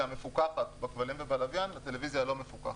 המפוקחת בכבלים ובלוויין לטלוויזיה להא מפוקחת.